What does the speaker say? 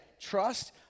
Trust